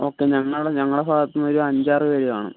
okay ഞങ്ങൾ ഞങ്ങള ഭാഗത്ത് നിന്ന് ഒരു അഞ്ചാറ് പേർ കാണും